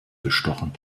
bestochen